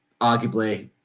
arguably